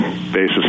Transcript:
basis